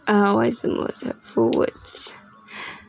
ah what is the most hurtful words